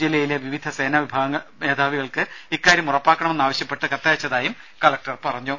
ജില്ലയിലെ വിവിധ സേനാ വിഭാഗ മേധാവികൾക്ക് ഇക്കാര്യം ഉറപ്പാക്കണമെന്നാവശ്യപ്പെട്ട് കത്തയച്ചതായും കലക്ടർ അറിയിച്ചു